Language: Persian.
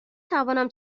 توانم